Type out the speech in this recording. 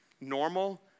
normal